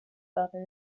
father